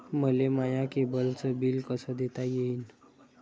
मले माया केबलचं बिल कस देता येईन?